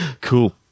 Cool